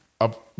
up